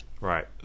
right